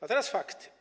A teraz fakty.